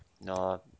No